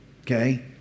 Okay